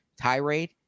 tirade